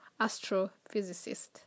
astrophysicist